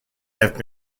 have